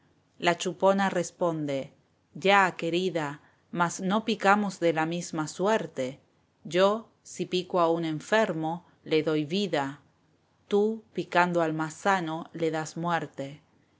la chupona responde ya querida mas no picamos de la misma suerte yo si pico a un enfermo le doy vida tú picando al más sano le das muerte